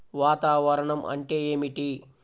వాతావరణం అంటే ఏమిటి?